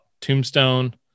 tombstone